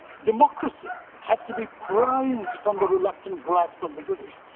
democracy had to be pried from the reluctant grasp of the british.